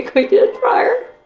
like we did prior.